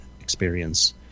experience